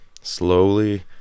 Slowly